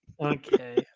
Okay